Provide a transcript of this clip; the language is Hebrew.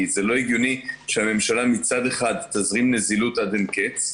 כי זה לא הגיוני שהממשלה מצד אחד תזים נזילות עד אין קץ,